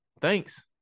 thanks